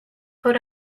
put